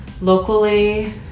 Locally